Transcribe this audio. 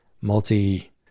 multi